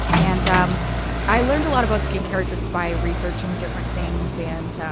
and um i learned a lot about skin care just by researching different things and